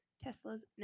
Tesla's